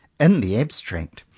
in the abstract,